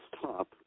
top